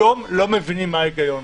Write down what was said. היום לא מבינים מה ההיגיון,